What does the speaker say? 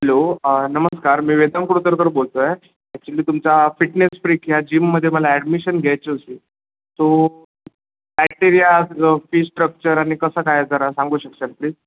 hello नमस्कार मी वेदांग कुरतरकर बोलतो आहे ॲक्च्युली तुमच्या फिटनेस फ्रीक ह्या जिममध्ये मला ॲडमिशन घ्यायची होती सो पॅक्टेरिया फीस स्ट्रक्चर आणि कसं काय जरा सांगू शकता प्लीज